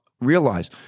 realize